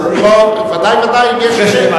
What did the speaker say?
בבקשה.